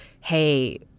hey –